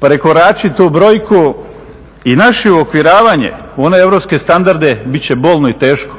prekoračiti tu brojku. I naše uokviravanje u one europske standarde bit će bolno i teško.